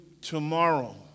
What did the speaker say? tomorrow